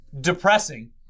depressing